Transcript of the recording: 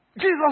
Jesus